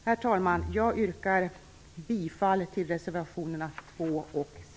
Herr talman! Jag yrkar bifall till reservationerna nr